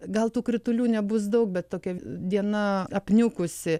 gal tų kritulių nebus daug bet tokia diena apniukusi